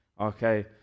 Okay